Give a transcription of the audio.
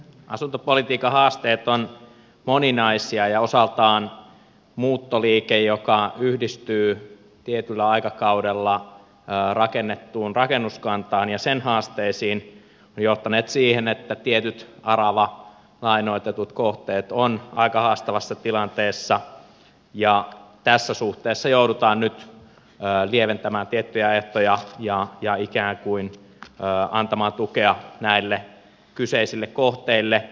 asuntopolitiikan haasteet ovat moninaisia ja osaltaan muuttoliike joka yhdistyy tietyllä aikakaudella rakennettuun rakennuskantaan ja sen haasteisiin on johtanut siihen että tietyt aravalainoitetut kohteet ovat aika haastavassa tilanteessa ja tässä suhteessa joudutaan nyt lieventämään tiettyjä ehtoja ja ikään kuin antamaan tukea näille kyseisille kohteille